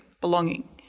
belonging